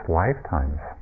lifetimes